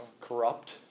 corrupt